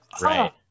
right